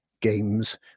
games